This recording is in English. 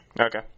Okay